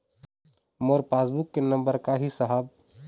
मोर passbook के नंबर का ही साहब?